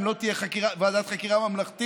אם לא תהיה ועדת חקירה ממלכתית,